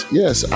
yes